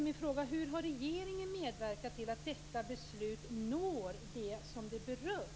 Min fråga är: Hur har regeringen medverkat till att detta beslut når dem som det berör?